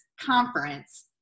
conference